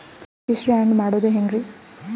Beneficiary, add ಮಾಡೋದು ಹೆಂಗ್ರಿ?